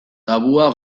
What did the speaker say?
tabua